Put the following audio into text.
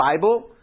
Bible